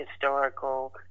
historical